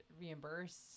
reimburse